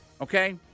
okay